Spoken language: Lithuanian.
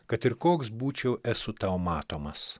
kad ir koks būčiau esu tau matomas